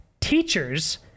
teachers